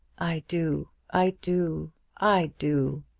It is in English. i do i do i do.